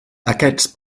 aquests